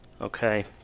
okay